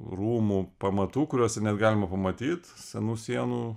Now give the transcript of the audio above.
rūmų pamatų kuriuos ir net galima pamatyt senų sienų